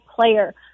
player